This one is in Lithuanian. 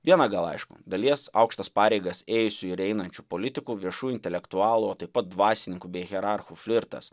viena gal aišku dalies aukštas pareigas ėjusių ir einančių politikų viešų intelektualų taip pat dvasininkų bei hierarchų flirtas